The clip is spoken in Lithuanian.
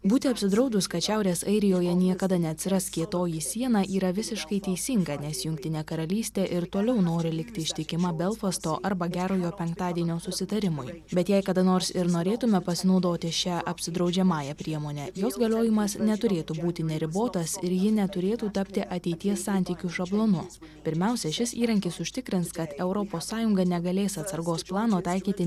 būti apsidraudus kad šiaurės airijoje niekada neatsiras kietoji siena yra visiškai teisinga nes jungtinė karalystė ir toliau nori likti ištikima belfasto arba gerojo penktadienio susitarimui bet jei kada nors ir norėtume pasinaudoti šia apsidraudžiamąja priemone jos galiojimas neturėtų būti neribotas ir ji neturėtų tapti ateities santykių šablonu pirmiausia šis įrankis užtikrins kad europos sąjunga negalės atsargos plano taikyti